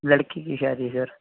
لڑکی کی شادی ہے سر